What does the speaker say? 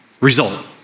result